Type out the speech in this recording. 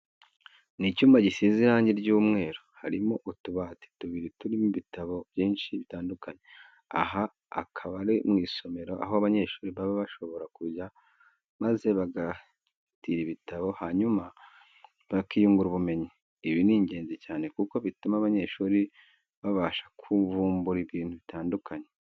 Ni icyumba gisizemo irange risa umweru, harimo utubati tubiri turimo ibitabo byinshi bitandukanye. Aha akaba ari mu isomero aho abanyeshuri baba bashobora kujya maze bagatira ibitabo hanyuma bakiyungura ubumenyi. Ibi ni ingenzi cyane kuko bituma abanyeshuri babasha kuvumbura ibintu bitandukanye.